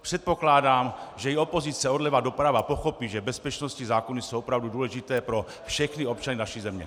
Předpokládám, že i opozice odleva doprava pochopí, že bezpečnostní zákony jsou opravdu důležité pro všechny občany naší země.